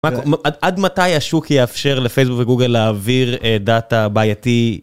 עד מתי השוק יאפשר לפייסבוק וגוגל להעביר דאטה בעייתי?